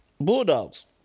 Bulldogs